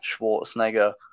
Schwarzenegger